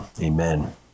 amen